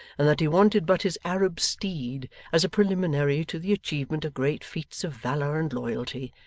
and that he wanted but his arab steed as a preliminary to the achievement of great feats of valour and loyalty,